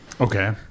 Okay